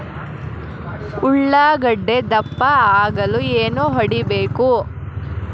ಉಳ್ಳಾಗಡ್ಡೆ ದಪ್ಪ ಆಗಲು ಏನು ಹೊಡಿಬೇಕು?